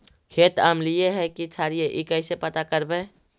खेत अमलिए है कि क्षारिए इ कैसे पता करबै?